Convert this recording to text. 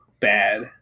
bad